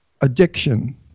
addiction